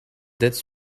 dettes